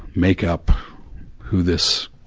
make up who this